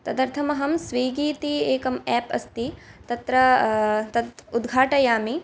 तदर्थमहं स्विगी इति एकम् एप् अस्ति तत्र तत् उद्घाटयामि